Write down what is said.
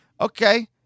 Okay